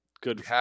Good